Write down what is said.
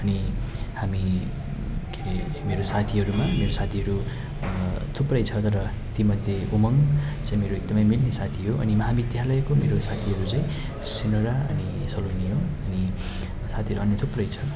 अनि हामी के अरे मेरो साथीहरूमा मेरो साथीहरू थुप्रै छन् तर तीमध्ये उमङ चाहिँ मेरो एकदमै मिल्ने साथी हो अनि हामी महाविद्यालयको मेरो साथीहरू सिनोरा अनि सोलमी हो अनि साथीहरू अनि थुप्रै छन्